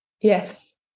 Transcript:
Yes